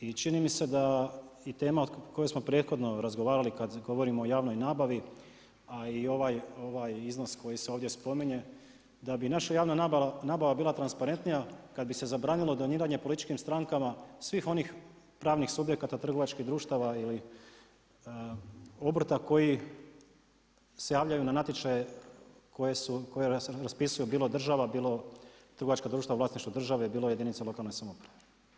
I čini mi se da tema o kojoj smo prethodno razgovarali kad govorimo o javnoj nabavi, a i ovaj iznos koji se ovdje spominje, da bi naša javna nabava bila transparentnija kad bi se zabranilo doniranje političkim strankama svih onih pravnih subjekata, trgovačkih društava ili obrta koji se javljaju na natječaje koje su, koje raspisuje bilo država, bilo trgovačka društva u vlasništvu države, bilo jedinica lokalne samouprave.